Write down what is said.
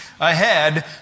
ahead